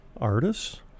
artists